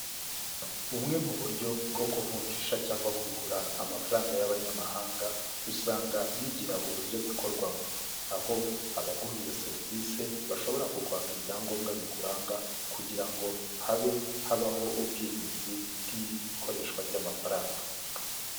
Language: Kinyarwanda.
Bumwe mu buryo bwo kuvunjisha cyangwa kugura amafaranga y'abanyamahanga, usanga bigira uburyo bikorwamo aho abaguha iyo serivisi bashobora kukwaka ibyangombwa bikuranga kugira ngo habe habaho ubwirinzi bw'ikoreshwa ry'amafaranga.